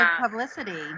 publicity